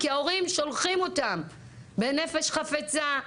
כי ההורים שולחים אותם בנפש חפצה,